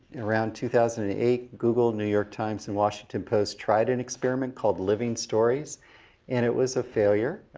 around two thousand and eight, google, new york times, and washington post tried an experiment called living stories and it was a failure.